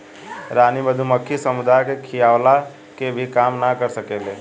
रानी मधुमक्खी समुदाय के खियवला के भी काम ना कर सकेले